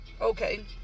Okay